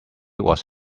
was